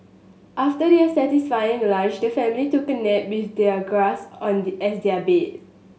after their satisfying lunch the family took a nap with the grass and as their bed